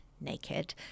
naked